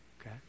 okay